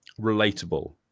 relatable